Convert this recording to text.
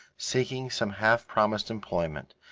seeking some half-promised employment,